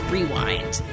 Rewind